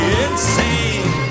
insane